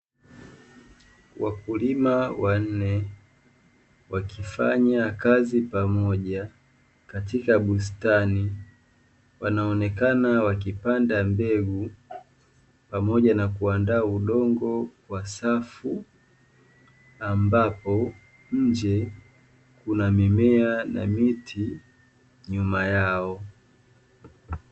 Wakulima wanne wakifanya kazi pamoja katika bustani. Wanaonekana wakipanda mbegu pamoja na kuandaa udongo kwa safu, ambapo nje kuna mimea na miti nyuma yao.